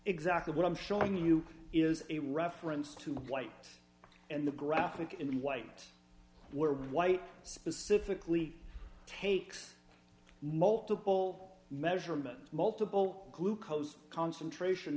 exactly what i'm showing you is a reference to the white and the graphic in the white where white specifically takes multiple measurements multiple glucose concentration